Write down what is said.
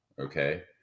okay